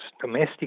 domestic